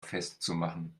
festzumachen